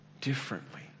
differently